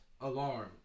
Alarm